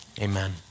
amen